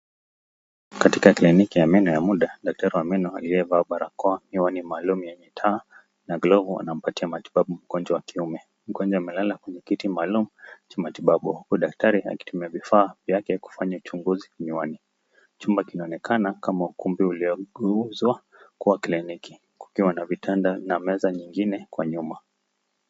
Katika kliniki ya meno ya mda daktari amevaa barakoa, miwani ya maalum ya taa na glovu ya matibabu mgonhwa akiwa amelala kwenye kiti maalum cha matibabu huku daktari akitumia vifaa vyake kufanya uchunguzi waiwani. Chumba kinaoneka kama ukumbi uliogeuzwa kuwa klinikibkukiwa na vitanda na meza kwa nyuma.